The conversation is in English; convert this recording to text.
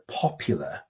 popular